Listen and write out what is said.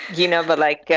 you know, but like